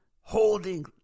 Holding